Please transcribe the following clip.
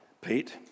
Pete